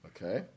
Okay